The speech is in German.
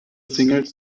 singles